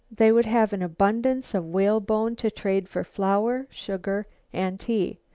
they would have an abundance of whale-bone to trade for flour, sugar and tea.